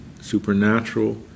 supernatural